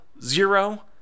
Zero